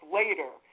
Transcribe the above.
later